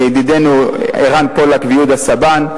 לידידינו ערן פולק ויהודה סבן,